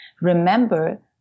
remember